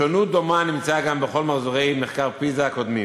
שונות דומה נמצאה בכל מחזורי פיז"ה הקודמים.